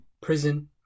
prison